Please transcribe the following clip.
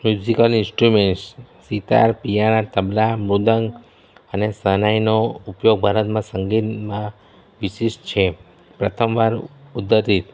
musical instruments sitar piano tabla mridang અને શરણાઈનો ઉપયોગ ભારતમાં સંગીતમાં વિશિષ્ટ છે પ્રથમવાર ઉદ્ભવિત